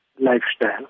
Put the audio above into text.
lifestyle